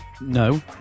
No